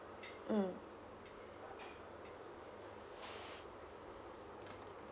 mm